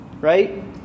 Right